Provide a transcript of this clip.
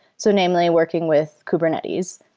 so namely working with kubernetes.